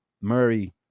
murray